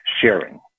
sharing